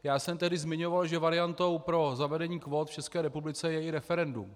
Já jsem tehdy zmiňoval, že variantou pro zavedení kvót v České republice je i referendum.